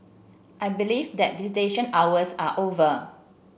I believe that visitation hours are over